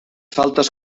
faltes